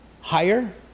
higher